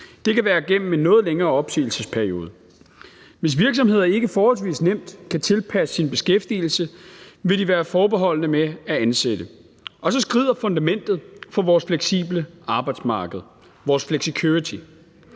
det kan være igennem en noget længere opsigelsesperiode. Hvis virksomheder ikke forholdsvis nemt kan tilpasse deres beskæftigelse, vil de være forbeholdne med at ansætte. Og så skrider fundamentet for vores fleksible arbejdsmarked, vores flexicurity.